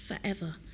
forever